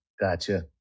Gotcha